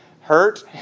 hurt